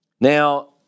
Now